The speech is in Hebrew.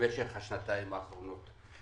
במשך השנתיים האחרונות.